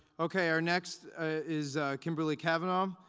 okay, our next is kimberly cavanagh. um